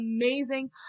amazing